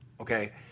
okay